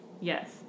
Yes